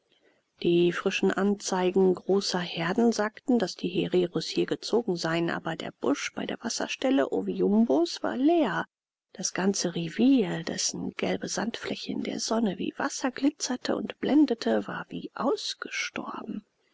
die frischen anzeigen großer herden sagten daß die hereros hier gezogen seien aber der busch bei der wasserstelle oviumbo war leer das ganze rivier dessen gelbe sandfläche in der sonne wie wasser glitzerte und blendete war wie ausgestorben